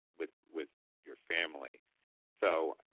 with with your family so,